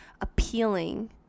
appealing